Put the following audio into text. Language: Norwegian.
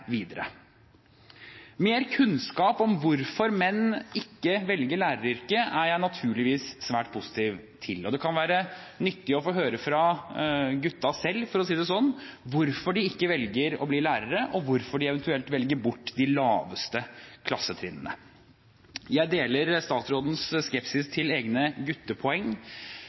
videre. Mer kunnskap om hvorfor menn ikke velger læreryrket er jeg naturligvis svært positiv til, og det kan være nyttig å få høre fra gutta selv, for å si det sånn, hvorfor de ikke velger å bli lærere, og hvorfor de eventuelt velger bort de laveste klassetrinnene. Jeg deler statsrådens skepsis